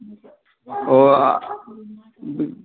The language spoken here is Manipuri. ꯑꯣ